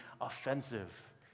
offensive